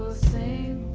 say